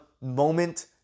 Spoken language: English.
moment